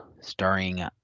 starring